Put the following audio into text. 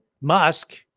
Musk